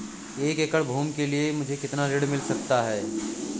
एक एकड़ भूमि के लिए मुझे कितना ऋण मिल सकता है?